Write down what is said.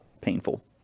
Painful